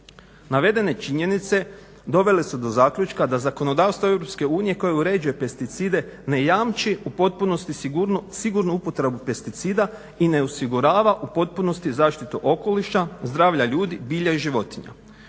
Navedene činjenice dovele su do zaključka da zakonodavstvo EU koje uređuje pesticide ne jamči u potpunosti sigurnu upotrebu pesticida i ne osigurava u potpunosti zaštitu okoliša, zdravlja ljudi, bilja i životinja.